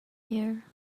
here